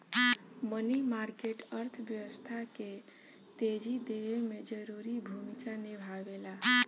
मनी market अर्थव्यवस्था के तेजी देवे में जरूरी भूमिका निभावेला